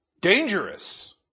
Dangerous